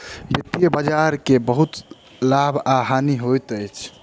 वित्तीय बजार के बहुत लाभ आ हानि होइत अछि